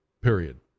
period